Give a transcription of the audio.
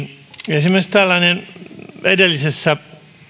esimerkiksi edellisessä